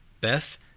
Beth